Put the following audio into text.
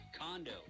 condo